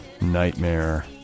nightmare